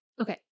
Okay